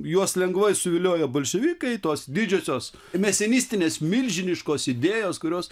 juos lengvai suviliojo bolševikai tos didžiosios mesenistinės milžiniškos idėjos kurios